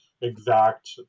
exact